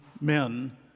men